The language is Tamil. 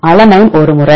அலலைன் ஒரு முறை